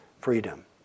freedom